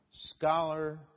scholar